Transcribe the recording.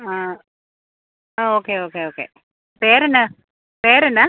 ആ ആ okay okay okay പേരെന്നാ പേരെന്നാ